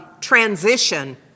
transition